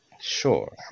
Sure